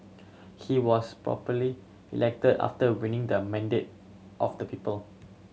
he was popularly elected after winning the mandate of the people